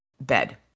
bed